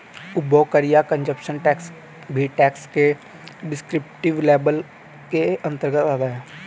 उपभोग कर या कंजप्शन टैक्स भी टैक्स के डिस्क्रिप्टिव लेबल के अंतर्गत आता है